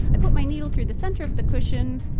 i put my needle through the center of the cushion.